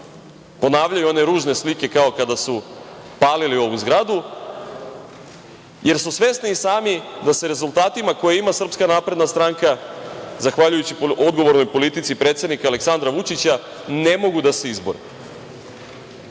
ponavljaju one ružne slike kao kada su palili ovu zgradu, jer su svesni i sami da sa rezultatima koje ima SNS zahvaljujući odgovornoj politici predsednika Aleksandra Vučića ne mogu da se izbore. Njihovi